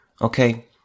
Okay